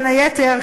בין היתר,